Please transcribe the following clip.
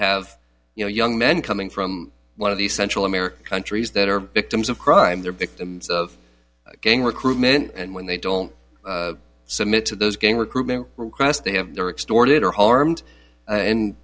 have you know young men coming from one of the central american countries that are victims of crime they're victims of gang recruitment and when they don't submit to those gang recruitment requests they have their extorted or harmed and